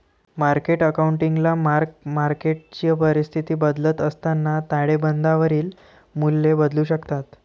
market अकाउंटिंगला mark मार्केटची परिस्थिती बदलत असताना ताळेबंदावरील मूल्ये बदलू शकतात